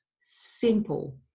Simple